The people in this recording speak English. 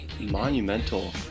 monumental